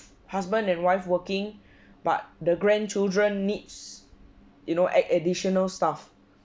husband and wife working but the grandchildren needs you know add additional staff